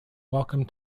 welcome